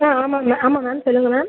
ஆ ஆமாங்க மேம் ஆமாம் மேம் சொல்லுங்கள் மேம்